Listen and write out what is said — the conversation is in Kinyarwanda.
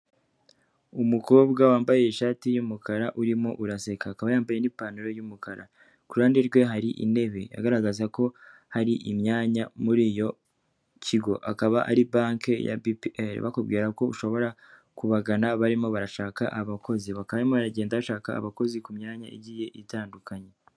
Umukobwa wambaye ishati y'umukara urimo uraseka, akaba yambaye n'ipantaro y'umukara, kuruhande rwe hari intebe agaragaza ko hari imyanya muri icyo kigo, akaba ari banki ya BPR bakubwira ko ushobora kubagana barimo barashaka abakozi bakaba barimo bagenda bashaka abakozi ku myanya igiye itandukanye.